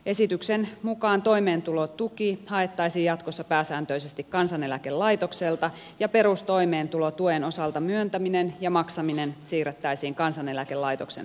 esityksen mukaan toimeentulotuki haettaisiin jatkossa pääsääntöisesti kansaneläkelaitokselta ja perustoimeentulotuen osalta myöntäminen ja maksaminen siirrettäisiin kansaneläkelaitoksen hoidettavaksi